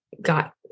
got